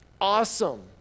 awesome